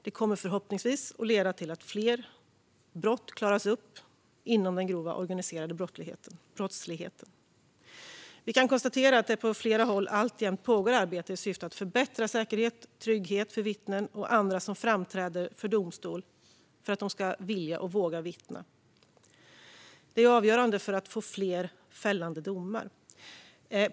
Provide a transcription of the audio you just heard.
Det kommer förhoppningsvis att leda till att fler brott klaras upp inom den grova organiserade brottsligheten. Vi kan konstatera att det på flera håll alltjämt pågår arbete i syfte att förbättra säkerheten och tryggheten för vittnen och andra som framträder inför domstol för att de ska vilja och våga vittna. Det är avgörande för att vi ska kunna få fler fällande domar.